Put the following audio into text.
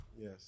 Yes